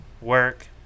work